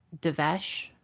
Devesh